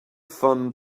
fun